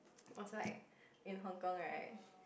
I was like in Hong-Kong right